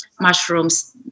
mushrooms